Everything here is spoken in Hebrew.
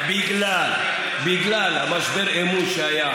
בגלל משבר האמון שהיה